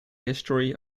history